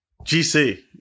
GC